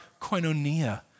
koinonia